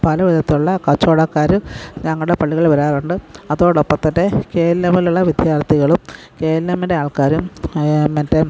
പല വിധത്തിലുള്ള കച്ചവടക്കാർ ഞങ്ങളുടെ പള്ളികളിൽ വരാറുണ്ട് അതോടൊപ്പം തന്നെ കെ എൽ എംമിലുള്ള വിദ്യാർത്ഥികളും കെ എൽ എംമിലെ ആൾക്കാരും മറ്റേ